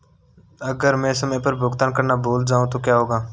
अगर मैं समय पर भुगतान करना भूल जाऊं तो क्या होगा?